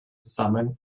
zusammen